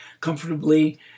comfortably